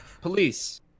Police